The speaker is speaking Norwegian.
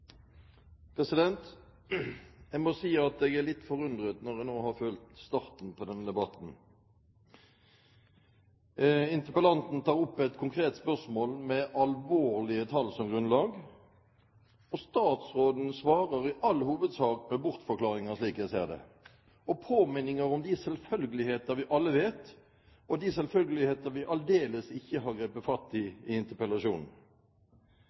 litt forundret etter å ha fulgt starten på denne debatten. Interpellanten tar opp et konkret spørsmål med alvorlige tall som grunnlag, og statsråden svarer i all hovedsak med bortforklaringer, slik jeg ser det, og påminninger om selvfølgeligheter vi alle kjenner, og selvfølgeligheter vi aldeles ikke har grepet fatt i i